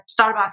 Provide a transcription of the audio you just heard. Starbucks